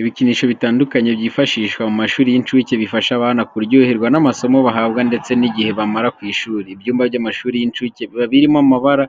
Ibikinisho bitandukanye byifashishwa mu mashuri y'incuke bifasha abana kuryoherwa n'amasomo bahabwa ndetse n'igihe bamara ku ishuri. Ibyumba by'amashuri y'incuke biba birimo amabara